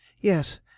Yes